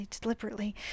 deliberately